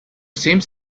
seems